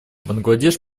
бангладеш